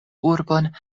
urbon